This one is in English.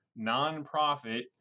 nonprofit